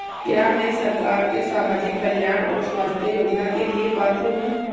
क्या मैं सरकार के सामाजिक कल्याण और स्वास्थ्य योजना के लिए पात्र हूं?